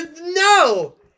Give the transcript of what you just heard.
no